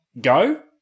go